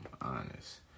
honest